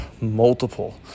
multiple